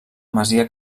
masia